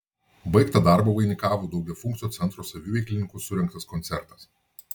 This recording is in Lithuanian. baigtą darbą vainikavo daugiafunkcio centro saviveiklininkų surengtas koncertas